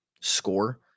score